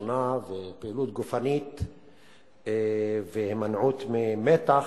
תזונה ופעילות גופנית והימנעות ממתח,